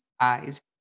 eyes